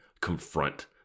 confront